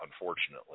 unfortunately